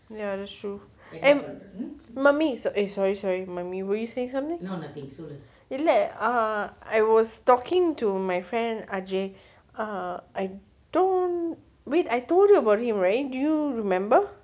ya that's true mm mummy eh sorry sorry mummy were you say something இல்ல:ille I was talking to my friend ajay ah don't wait I told you about him right do you remember